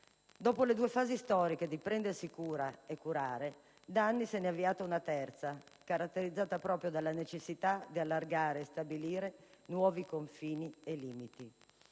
Dopo le due fasi storiche del "prendersi cura" e "curare", da anni se ne è avviata una terza, caratterizzata proprio dalla necessità di allargare e stabilire nuovi confini e limiti.